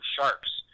Sharks